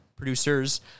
Producers